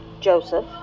Joseph